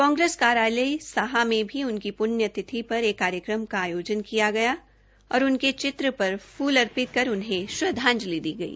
कांग्रेस कार्यालय साहा में भी उनकी प्ण्यतिथि पर एक कार्यक्रम का आयोजन किया गया और उनके चित्र पर फूल अर्पित कर उन्हें श्रद्धांजलि दी गई